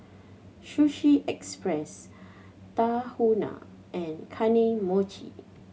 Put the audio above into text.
Sushi Express Tahuna and Kane Mochi